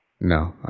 No